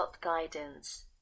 Guidance